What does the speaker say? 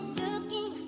looking